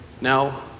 Now